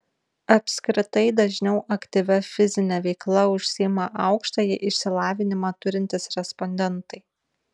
apskritai dažniau aktyvia fizine veikla užsiima aukštąjį išsilavinimą turintys respondentai